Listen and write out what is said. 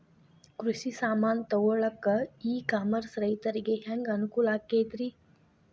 ಕೃಷಿ ಸಾಮಾನ್ ತಗೊಳಕ್ಕ ಇ ಕಾಮರ್ಸ್ ರೈತರಿಗೆ ಹ್ಯಾಂಗ್ ಅನುಕೂಲ ಆಕ್ಕೈತ್ರಿ?